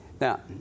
Now